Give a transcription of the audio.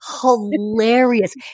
hilarious